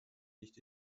nicht